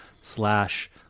slash